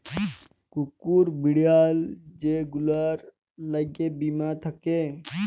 কুকুর, বিড়াল যে গুলার ল্যাগে বীমা থ্যাকে